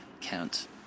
count